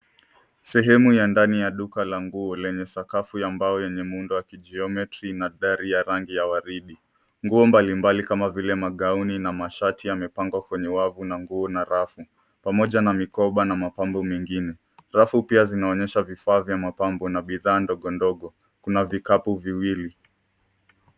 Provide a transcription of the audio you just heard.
Sehemu ya ndani ya duka la nguo lenye sakafu ya mbao yenye muundo wa kijiometri na dari ya rangi ya waridi. Nguo mbalimbali kama vile magauni na mashati yamepangwa kwenye wavu na nguo na rafu pamoja na mikoba na mapambo mengine. Rafu pia zinaonyesha vifaa vya mapambo na bidhaa ndogo ndogo. Kuna vikapu viwili.